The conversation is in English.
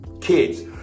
Kids